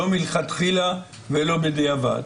לא מלכתחילה ולא בדיעבד.